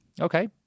Okay